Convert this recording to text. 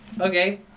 Okay